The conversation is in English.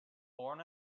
born